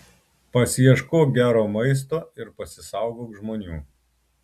pasiieškok gero maisto ir pasisaugok žmonių